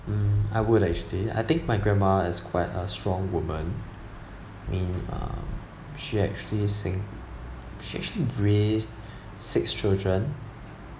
mm I would actually I think my grandma is quite a strong woman in um she actually sing~ she actually raised six children